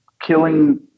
killing